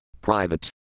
private